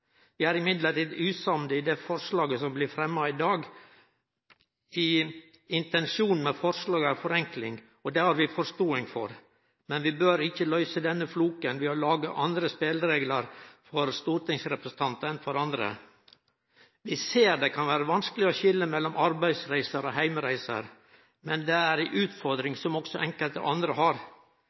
er SV glad for. Vi er likevel usamde i det forslaget som blir fremma i dag. Intensjonen med forslaget er forenkling, og det har vi forståing for, men vi bør ikkje løyse denne floken ved å lage andre spelereglar for stortingsrepresentantar enn for andre. Vi ser det kan vere vanskeleg å skilje mellom arbeidsreiser og heimreiser, men det er ei utfordring som òg enkelte andre har.